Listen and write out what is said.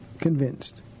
convinced